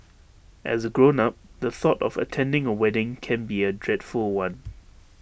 as A grown up the thought of attending A wedding can be A dreadful one